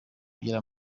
ugira